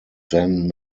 then